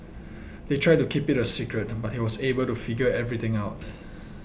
they tried to keep it a secret but he was able to figure everything out